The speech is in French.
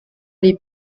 les